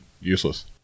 useless